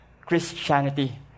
Christianity